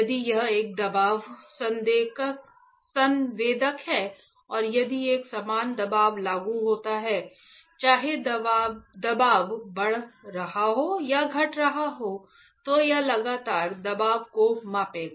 यदि यह एक दबाव संवेदक है और यदि एक समान दबाव लागू होता है चाहे दबाव बढ़ रहा हो या घट रहा हो तो यह लगातार दबाव को मापेगा